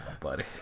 buddy